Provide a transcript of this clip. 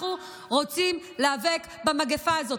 אנחנו רוצים להיאבק במגפה הזאת.